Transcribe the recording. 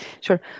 Sure